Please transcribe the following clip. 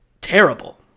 terrible